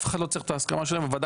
אף אחד לא צריך את ההסכמה שלהם הוועדה